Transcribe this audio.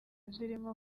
zirimo